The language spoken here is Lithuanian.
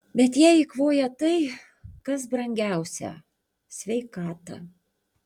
bet jie eikvoja tai kas brangiausia sveikatą